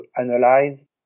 analyze